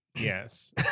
yes